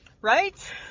Right